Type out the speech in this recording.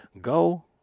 go